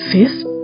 Fifth